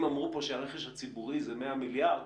אם אמרו פה שהרכש הציבורי זה 100 מיליארד,